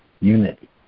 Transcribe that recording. unity